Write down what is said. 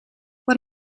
what